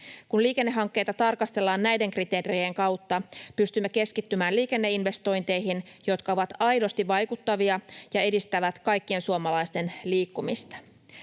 Kun liikennehankkeita tarkastellaan näiden kriteerien kautta, pystymme keskittymään liikenneinvestointeihin, jotka ovat aidosti vaikuttavia ja edistävät kaikkien suomalaisten liikkumista.